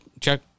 Check